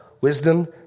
wisdom